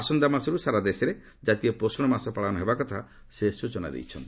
ଆସନ୍ତା ମାସରୁ ସାରା ଦେଶରେ ଜାତୀୟ ପୋଖଣ ମାସ ପାଳନ ହେବା କଥା ସେ ସ୍ୱଚନା ଦେଇଛନ୍ତି